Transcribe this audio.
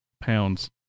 pounds